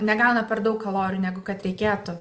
negauna per daug kalorijų negu kad reikėtų